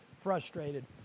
frustrated